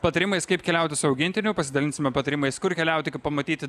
patarimais kaip keliauti su augintiniu pasidalinsime patarimais kur keliauti pamatyti